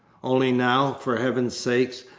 only now, for heaven's sake,